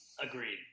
Agreed